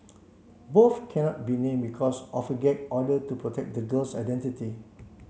both cannot be named because of a gag order to protect the girl's identity